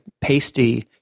pasty